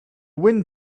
wind